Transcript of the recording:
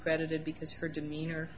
credited because her demeanor